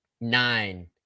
nine